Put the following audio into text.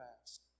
past